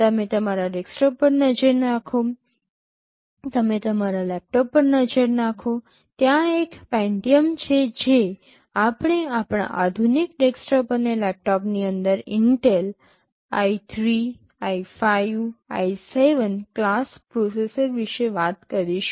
તમે તમારા ડેસ્કટોપ પર નજર નાખો તમે તમારા લેપટોપ પર નજર નાખો ત્યાં એક પેન્ટિયમ છે જે આપણે આપણા આધુનિક ડેસ્કટોપ અને લેપટોપની અંદર ઇન્ટેલ i૩ i૫ i૭ ક્લાસ પ્રોસેસર વિશે વાત કરીશું